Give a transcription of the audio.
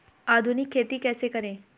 आधुनिक खेती कैसे करें?